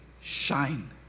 shine